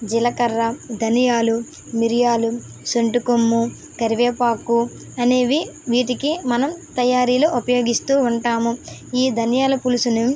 జీలకర్ర ధనియాలు మిరియాలు సొంటి కొమ్ము కరివేపాకు అనేవి వీటికి మనం తయారీలో ఉపయోగిస్తూ ఉంటాము ఈ ధనియాల పులుసును